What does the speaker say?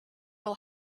will